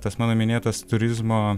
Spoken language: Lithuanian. tas mano minėtos turizmo